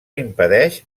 impedeix